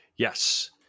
Yes